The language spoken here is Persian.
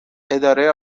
اداره